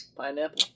Pineapple